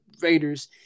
Raiders